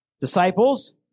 Disciples